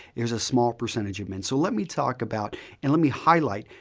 it was a small percentage of men. so let me talk about and let me highlight.